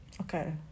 Okay